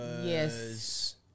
Yes